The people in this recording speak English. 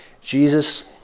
Jesus